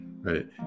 right